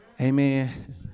Amen